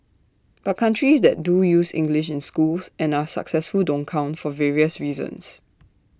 but countries that do use English in schools and are successful don't count for various reasons